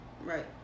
Right